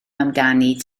amdani